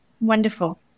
Wonderful